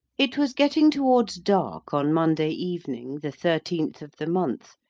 it was getting towards dark, on monday evening, the thirteenth of the month,